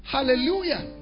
Hallelujah